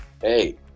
Hey